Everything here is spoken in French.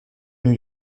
new